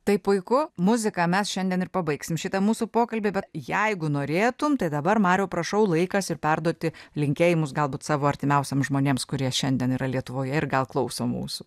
tai puiku muzika mes šiandien ir pabaigsim šitą mūsų pokalbį bet jeigu norėtum tai dabar mariau prašau laikas ir perduoti linkėjimus galbūt savo artimiausiem žmonėms kurie šiandien yra lietuvoje ir gal klauso mūsų